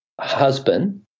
husband